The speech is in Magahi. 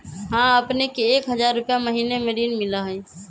हां अपने के एक हजार रु महीने में ऋण मिलहई?